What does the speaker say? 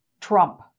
Trump